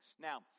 now